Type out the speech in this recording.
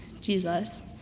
Jesus